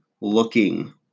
looking